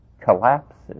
collapses